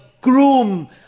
groom